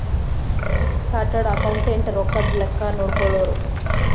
chartered accountant ರೊಕ್ಕದ್ ಲೆಕ್ಕ ನೋಡ್ಕೊಳೋರು